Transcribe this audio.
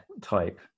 type